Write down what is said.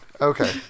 Okay